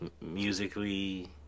musically